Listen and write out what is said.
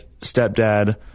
stepdad